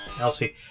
Elsie